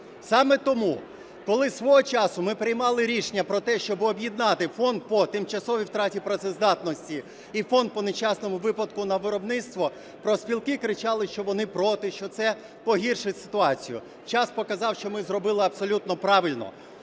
Саме тому, коли свого часу ми приймали рішення про те, щоб об'єднати фонд по тимчасовій втраті працездатності і фонд по нещасному випадку на виробництві, профспілки кричали, що вони проти, що це погіршить ситуацію. Час показав, що ми зробили абсолютно правильно.